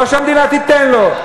לא שהמדינה תיתן לו,